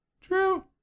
True